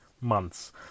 months